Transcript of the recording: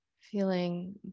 Feeling